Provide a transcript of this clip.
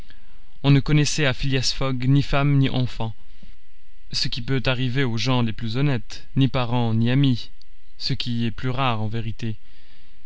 on ne connaissait à phileas fogg ni femme ni enfants ce qui peut arriver aux gens les plus honnêtes ni parents ni amis ce qui est plus rare en vérité